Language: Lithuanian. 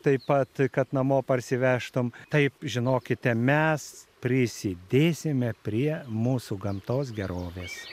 taip pat kad namo parsivežtum taip žinokite mes prisidėsime prie mūsų gamtos gerovės